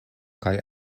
kaj